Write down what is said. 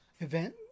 event